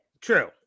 True